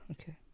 Okay